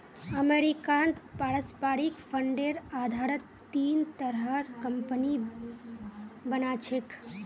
अमरीकात पारस्परिक फंडेर आधारत तीन तरहर कम्पनि बना छेक